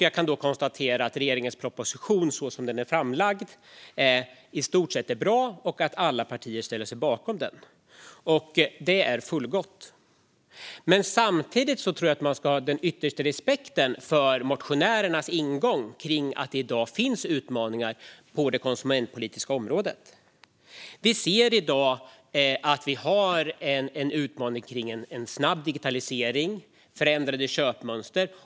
Jag kan då konstatera att regeringens proposition, så som den är framlagd, i stort sett är bra och att alla partier ställer sig bakom den. Det är fullgott. Men samtidigt tror jag att man ska ha den yttersta respekt för motionärernas ingång: att det i dag finns utmaningar på det konsumentpolitiska området. Vi ser i dag att vi har en utmaning kring en snabb digitalisering och förändrade köpmönster.